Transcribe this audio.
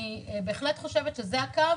אני בהחלט חושבת שזה הקו